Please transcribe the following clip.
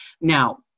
Now